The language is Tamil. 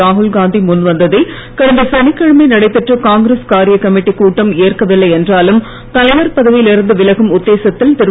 ராகுல்காந்தி முன்வந்தை கடந்த சனிக்கிழமை நடைபெற்ற காங்கிரஸ் காரியக் கமிட்டி கூட்டம் ஏற்கவில்லை என்றாலும் தலைவர் பதவியில் இருந்து விலகும் உத்தேசத்தில் திரு